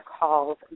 calls